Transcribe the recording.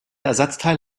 ersatzteil